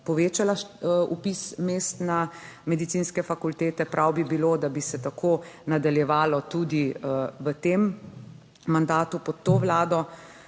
povečala vpis mest na medicinske fakultete. Prav bi bilo, da bi se tako nadaljevalo tudi v tem mandatu, pod to vlado.